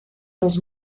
dos